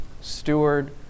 steward